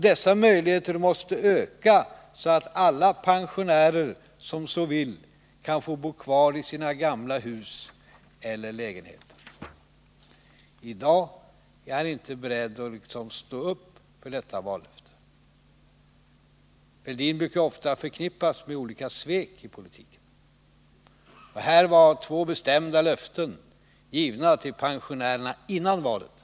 Dessa möjligheter måste öka så att alla pensionärer som så vill kan få bo kvar i sina gamla hus eller lägenheter. I dag är han inte beredd att stå upp för detta vallöfte. Thorbjörn Fälldin brukar ofta förknippas med olika svek i politiken. Detta var två bestämda löften, givna till pensionärerna inför valet.